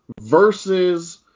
versus